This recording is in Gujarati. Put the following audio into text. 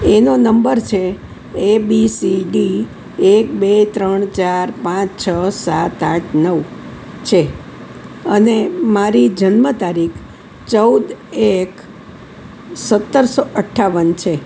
એનો નંબર છે એ બી સી ડી એક બે ત્રણ ચાર પાંચ છ સાત આઠ નવ છે અને મારી જન્મ તારીખ ચૌદ એક સત્તરસો અઠાવન છે